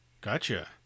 Gotcha